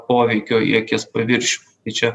poveikio į akies paviršių tai čia